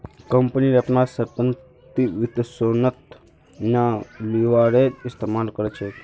company अपनार संपत्तिर वित्तपोषनेर त न लीवरेजेर इस्तमाल कर छेक